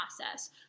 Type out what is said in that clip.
process